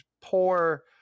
poor